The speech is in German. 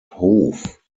hof